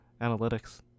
analytics